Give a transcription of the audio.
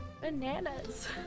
Bananas